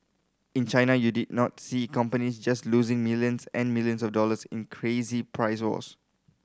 in China you did not see companies just losing millions and millions of dollars in crazy price wars